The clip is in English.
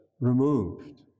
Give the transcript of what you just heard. removed